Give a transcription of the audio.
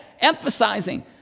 emphasizing